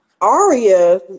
Aria